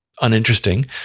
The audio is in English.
uninteresting